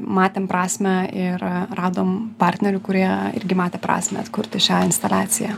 matėm prasmę ir radom partnerių kurie irgi matė prasmę atkurti šią instaliaciją